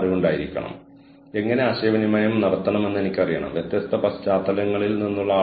ഒന്നുങ്കിൽ നിങ്ങൾ ഉൽപ്പന്നം മികച്ചതാക്കുക അല്ലെങ്കിൽ ഉദാഹരണത്തിന് ഞാൻ കഴിഞ്ഞ ദിവസം ചില വാഷിംഗ് മെഷീനുകൾ നോക്കുകയായിരുന്നു